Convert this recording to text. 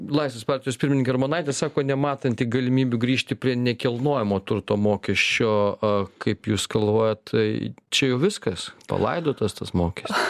laisvės partijos pirmininkė armonaitė sako nematanti galimybių grįžti prie nekilnojamo turto mokesčio a kaip jūs galvojat tai čia jau viskas palaidotas tas mokes